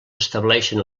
estableixen